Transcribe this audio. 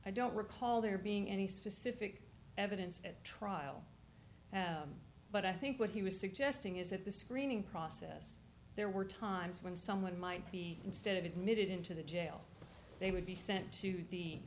i don't recall there being any specific evidence at trial but i think what he was suggesting is that the screening process there were times when someone might be instead of admitted into the jail they would be sent to the